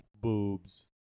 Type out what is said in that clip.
boobs